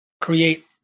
create